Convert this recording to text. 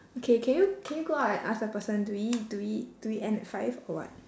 okay can you can you go out and ask the person do we do we do we end at five or what